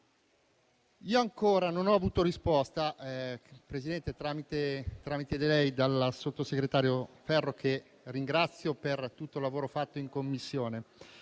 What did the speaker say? io ancora non ho avuto risposta, tramite lei, dalla sottosegretario Ferro, che ringrazio per tutto il lavoro fatto in Commissione.